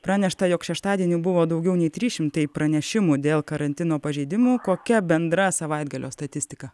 pranešta jog šeštadienį buvo daugiau nei trys šimtai pranešimų dėl karantino pažeidimų kokia bendra savaitgalio statistika